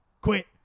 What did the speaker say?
Quit